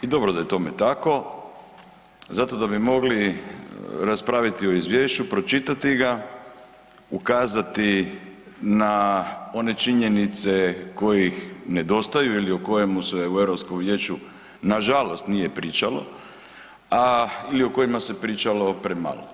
I dobro da je tome tako zato da bi mogli raspraviti o izvješću, pročitati ga, ukazati na one činjenice kojih nedostaju ili o kojemu se u Europskom vijeću nažalost nije pričalo, a ili o kojima se pričalo premalo.